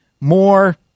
more